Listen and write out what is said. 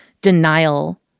denial